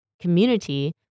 community